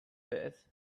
bed